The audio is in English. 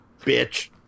Bitch